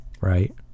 right